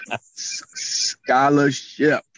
Scholarship